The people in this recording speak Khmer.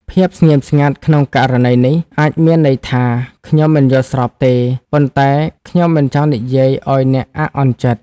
ភាពស្ងៀមស្ងាត់ក្នុងករណីនេះ អាចមានន័យថា ខ្ញុំមិនយល់ស្របទេ ប៉ុន្តែខ្ញុំមិនចង់និយាយឱ្យអ្នកអាក់អន់ចិត្ត។